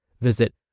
Visit